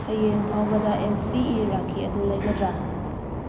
ꯍꯌꯦꯡ ꯐꯥꯎꯕꯗ S B E ꯔꯥꯈꯤ ꯑꯗꯨ ꯂꯩꯔꯒꯗ꯭ꯔꯥ